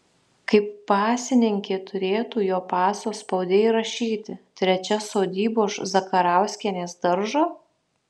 kaip pasininkė turėtų jo paso spaude įrašyti trečia sodyba už zakarauskienės daržo